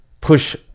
push